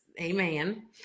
amen